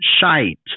shite